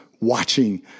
watching